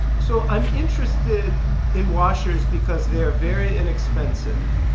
so i'm interested in washers because they are very inexpensive.